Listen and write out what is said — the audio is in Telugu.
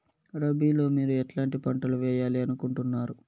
రబిలో మీరు ఎట్లాంటి పంటలు వేయాలి అనుకుంటున్నారు?